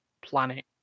planet